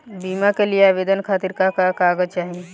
बीमा के लिए आवेदन खातिर का का कागज चाहि?